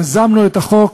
יזמנו את החוק